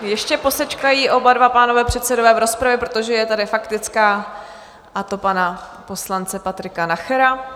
Ještě posečkají oba pánové předsedové v rozpravě, protože je tady faktická, a to pana poslance Patrika Nachera.